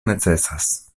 necesas